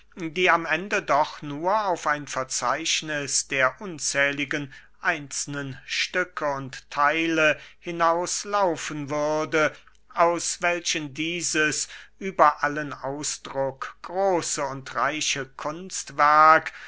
die am ende doch nur auf ein verzeichniß der unzähligen einzelnen stücke und theile hinauslaufen würde aus welchen dieses über allen ausdruck große und reiche kunstwerk